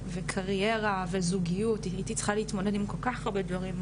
וקריירה וזוגיות הייתי צריך להתמודד עם כל כך הרבה דברים,